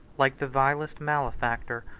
like the vilest malefactor,